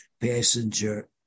passenger